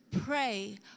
pray